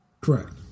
Correct